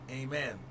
Amen